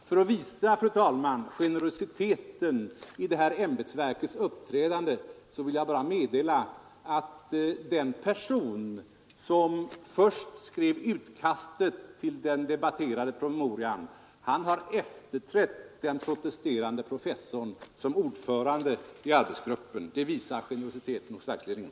För att visa generositeten i det här ämbetsverkets uppträdande vill jag meddela att den person som först skrev utkastet till den debatterade promemorian har efterträtt den protesterande professorn som ordförande i arbetsgruppen. Det visar generositeten hos verksledningen.